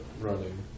running